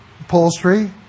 upholstery